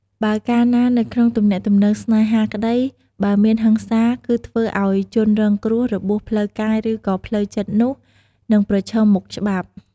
បើកាលណានៅក្នុងទំនាក់ទំនងស្នេហាក្តីបើមានហិង្សាគឺធ្វើឱ្យជនរងគ្រោះរបួសផ្លូវកាយឬក៏ផ្លូវចិត្តនោះនិងប្រឈមមុខច្បាប់។